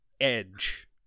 edge